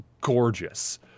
gorgeous